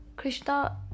Krishna